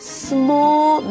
small